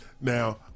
Now